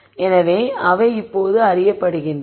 எனவே அவை இப்போது அறியப்படுகின்றன